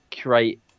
create